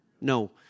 No